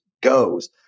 goes